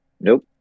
nope